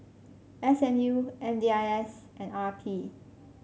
S M U M D I S and R P